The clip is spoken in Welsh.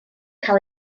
cael